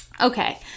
okay